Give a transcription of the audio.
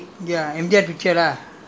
what time midnight lah around midnight